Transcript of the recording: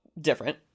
different